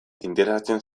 interesatzen